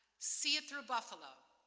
see it through buffalo,